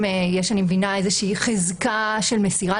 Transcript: אם יש איזושהי חזקה של מסירה,